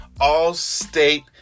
All-State